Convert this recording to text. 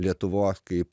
lietuvos kaip